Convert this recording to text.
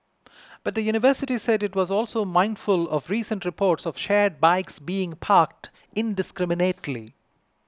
but the university said it was also mindful of recent reports of shared bikes being parked indiscriminately